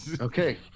Okay